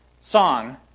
song